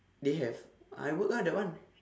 they have I work lah that one